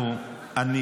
עוד מעט השרה תעלה ונשמע.